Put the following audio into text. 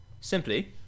simply